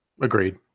Agreed